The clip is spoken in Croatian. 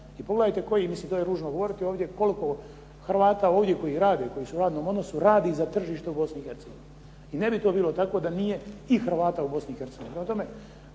I pogledajte koji, mislim to je ružno govoriti ovdje koliko Hrvata ovdje koji rade, koji su u radnom odnosu radi za tržište u Bosni i Hercegovini. I ne bi to bilo tako da nije i Hrvata u Bosni